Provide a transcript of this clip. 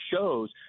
shows